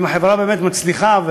אם החברה באמת מצליחה,